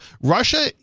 Russia